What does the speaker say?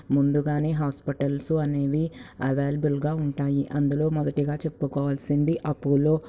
ముందుగానే హాస్పటల్స్ అనేవి అవైలబుల్గా ఉంటాయి అందులో మొదటిగా చెప్పుకోవలసింది అపోలో